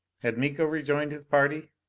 had miko rejoined his party,